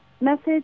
message